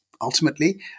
ultimately